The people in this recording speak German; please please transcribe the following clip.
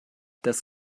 das